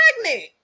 pregnant